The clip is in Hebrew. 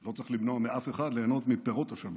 ולא צריך למנוע מאף אחד, ליהנות מפירות השלום.